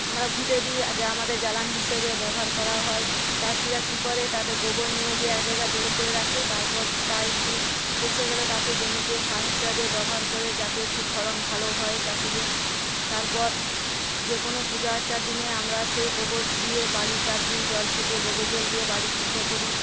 আমরা ঘুঁটে দিই আমাদের জ্বালানি হিসাবে ব্যবহার করা হয় চাষিরা কী করে তাদের গোবর নিয়ে যেয়ে এক জায়গায় জড়ো করে রাখে তারপর তা একটু পচে গেলে তাতে জমিতে সার হিসাবে ব্যবহার করে যাতে খুব ফলন ভালো হয় চাষিদের তারপর যেকোনো পুজো আর্চার দিনে আমরা সেই গোবর দিয়ে বাড়ি চারদিক জল ছিটিয়ে গোবর জল দিয়ে বাড়ি শুদ্ধ করি